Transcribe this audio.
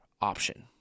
option